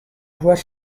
voix